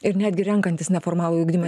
ir netgi renkantis neformalųjį ugdymą